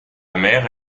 mère